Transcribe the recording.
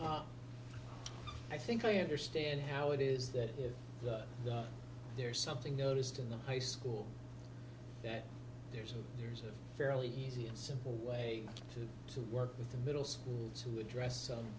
but i think i understand how it is that if there is something noticed in the high school that there's a there's a fairly easy and simple way to to work with a middle school to address some